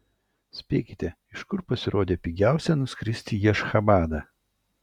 spėkite iš kur pasirodė pigiausia nuskristi į ašchabadą